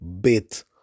bit